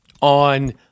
on